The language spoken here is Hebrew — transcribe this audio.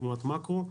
תמונת מקרו.